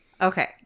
Okay